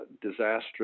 disastrous